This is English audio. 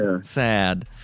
Sad